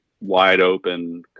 wide-open